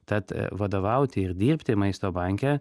tad vadovauti ir dirbti maisto banke